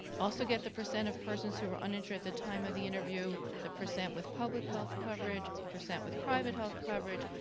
also get the percent of persons who were uninsured the time of the interview, the percent with public health coverage, the percent with private health coverage,